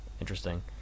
interesting